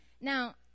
Now